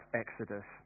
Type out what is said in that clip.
exodus